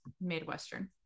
Midwestern